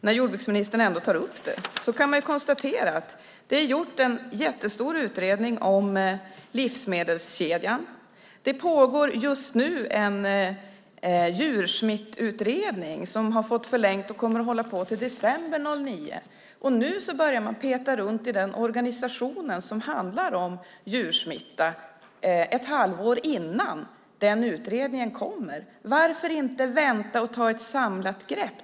När jordbruksministern ändå tar upp den saken kan jag konstatera att en mycket omfattande utredning har gjorts om livsmedelskedjan, och just nu pågår en djursmittsutredning som har fått förlängd tid och som därför kommer att hålla på till december 2009. Men nu, ett halvår innan den utredningen kommer med sitt betänkande, börjar man så att säga peta runt i den organisation som handlar om djursmitta. Varför inte vänta och ta ett samlat grepp?